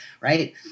right